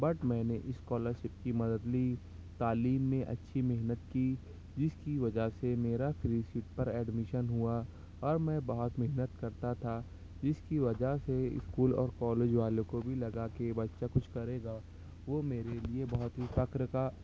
but میں نے scholarship کی مدد لی تعلیم میں اچھی محنت کی جس کی وجہ سے میرا فری سیٹ پر ایڈمیشن ہوا اور میں بہت محنت کرتا تھا جس کی وجہ سے اسکول اور کالج والوں کو بھی لگا کہ بچہ کچھ کرے گا وہ میرے لیے بہت ہی فخر کا